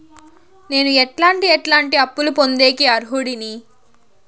నేను ఎట్లాంటి ఎట్లాంటి అప్పులు పొందేకి అర్హుడిని?